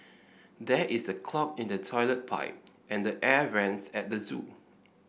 there is a clog in the toilet pipe and the air vents at the zoo